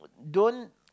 don't